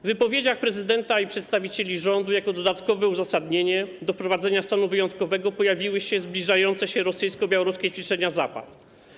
W wypowiedziach prezydenta i przedstawicieli rządu jako dodatkowe uzasadnienie wprowadzenia stanu wyjątkowego pojawiły się zbliżające się rosyjsko-białoruskie ćwiczenia Zapad.